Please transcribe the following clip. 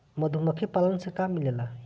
मधुमखी पालन से का मिलेला?